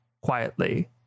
quietly